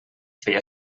feia